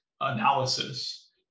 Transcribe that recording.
analysis